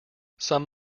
some